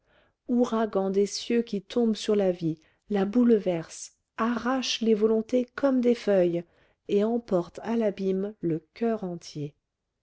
ouragan des cieux qui tombe sur la vie la bouleverse arrache les volontés comme des feuilles et emporte à l'abîme le coeur entier